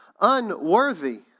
unworthy